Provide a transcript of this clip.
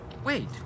Wait